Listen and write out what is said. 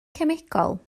cemegol